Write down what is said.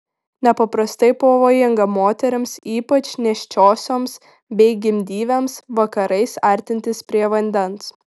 nepaprastai pavojinga moterims ypač nėščiosioms bei gimdyvėms vakarais artintis prie vandens